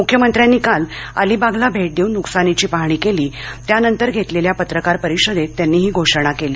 मुख्यमंत्र्यांनी काल अलिबागला भेट देऊन नुकसानीची पाहणी केली त्यानंतर घेतलेल्या पत्रकार परिषदेत त्यांनी ही घोषणा केली